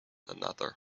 another